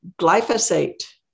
Glyphosate